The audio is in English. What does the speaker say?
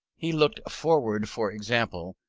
he looked forward, for example,